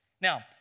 Now